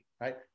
right